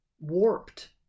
warped